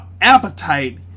appetite